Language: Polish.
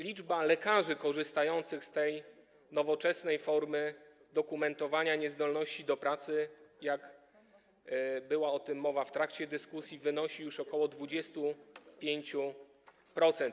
Liczba lekarzy korzystających z tej nowoczesnej formy dokumentowania niezdolności do pracy, jak była o tym mowa w trakcie dyskusji, wynosi już ok. 25%.